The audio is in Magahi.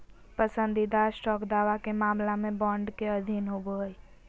पसंदीदा स्टॉक दावा के मामला में बॉन्ड के अधीन होबो हइ